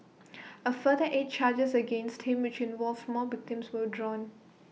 A further eight charges against him which involved more victims were drawn